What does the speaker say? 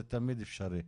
זה תמיד אפשרי.